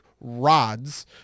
rods